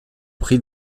pris